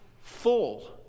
full